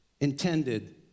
intended